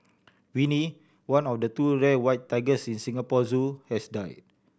Winnie one of two rare white tigers in Singapore Zoo has died